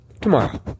tomorrow